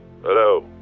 Hello